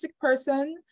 person